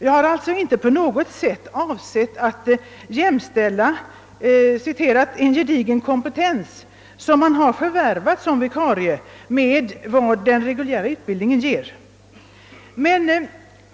Jag har alltså inte på något sätt avsett att jämställa »en gedigen kompetens», som man har förvärvat som vikarie, med vad den reguljära utbildningen ger.